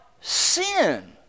sin